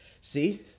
see